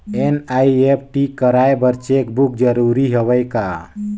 NEFT कराय बर cheque book जरूरी हवय का?